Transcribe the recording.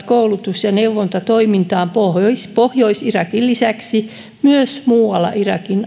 koulutus ja neuvontatoimintaan pohjois pohjois irakin lisäksi myös muualla irakin